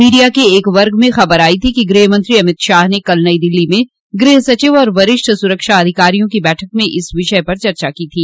media के एक वर्ग में खबर आई थी कि गृह मंत्री अमित शाह ने कल नई दिल्ली में गृह सचिव और वरिष्ठ सुरक्षा अधिकारियों की बैठक में इस विषय पर चर्चा की थी